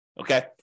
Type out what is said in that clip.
okay